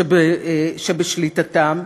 שבשליטתם,